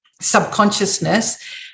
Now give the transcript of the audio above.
subconsciousness